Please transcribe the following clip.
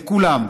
לכולם.